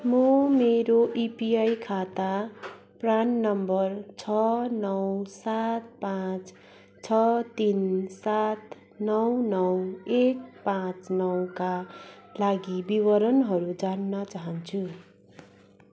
म मेरो एपिआई खाता प्रान नम्बर छ नौ सात पाँच छ तिन सात नौ नौ एक पाँच नौ का लागि विवरणहरू जान्न चाहन्छु